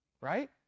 right